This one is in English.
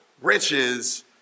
riches